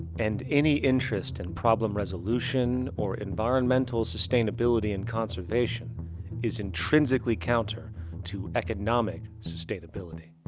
and any interest in problem resolution or environmental sustainability and conservation is intrinsically counter to economic sustainability.